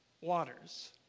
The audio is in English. waters